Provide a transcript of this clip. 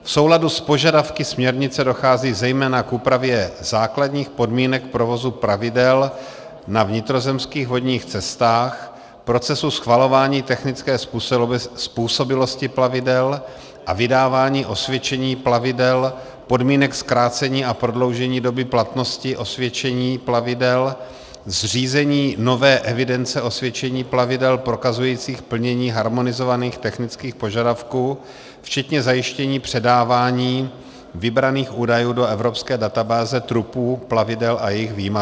V souladu s požadavky směrnice dochází zejména k úpravě základních podmínek provozu plavidel na vnitrozemských vodních cestách, procesu schvalování technické způsobilosti plavidel a vydávání osvědčení plavidel, podmínek zkrácení a prodloužení doby platnosti osvědčení plavidel, zřízení nové evidence osvědčení plavidel prokazujících plnění harmonizovaných technických požadavků včetně zajištění předávání vybraných údajů do evropské databáze trupů plavidel a jejich výmazu.